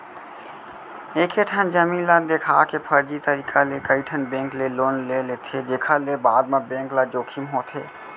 एकेठन जमीन ल देखा के फरजी तरीका ले कइठन बेंक ले लोन ले लेथे जेखर ले बाद म बेंक ल जोखिम होथे